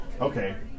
okay